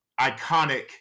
iconic